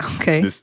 okay